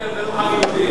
סילבסטר זה לא חג יהודי.